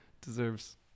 deserves